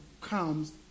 comes